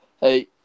Hey